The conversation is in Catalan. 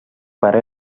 pare